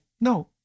no